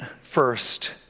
first